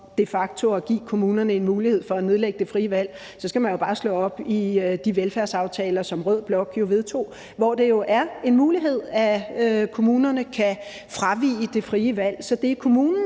de facto at give kommunerne en mulighed for at nedlægge det frie valg, skal man jo bare slå op i de velfærdsaftaler, som rød blok har vedtaget, hvor det er en mulighed, at kommunerne kan fravige det frie valg. Så det er kommunen,